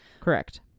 Correct